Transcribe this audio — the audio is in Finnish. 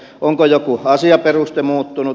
onko joku asiaperuste muuttunut